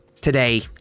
today